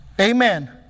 Amen